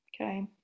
okay